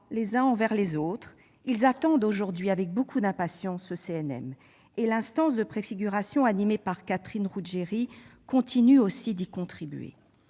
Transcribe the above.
les uns vers les autres. Ils attendent aujourd'hui avec beaucoup d'impatience la création du CNM. L'instance de préfiguration animée par Catherine Ruggeri continue d'y contribuer.